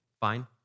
Fine